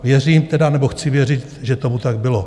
Věřím tedy, nebo chci věřit, že tomu tak bylo.